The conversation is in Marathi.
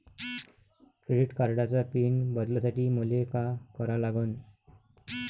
क्रेडिट कार्डाचा पिन बदलासाठी मले का करा लागन?